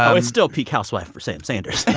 so it's still peak housewife for sam sanders